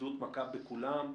הבדידות מכה בכולם,